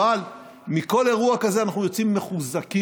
אבל מכל אירוע כזה אנחנו יוצאים מחוזקים.